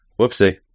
whoopsie